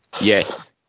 Yes